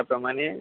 त्याप्रमाणे